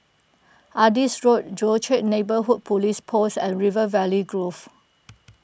Adis Road Joo Chiat Neighbourhood Police Post and River Valley Grove